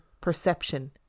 perception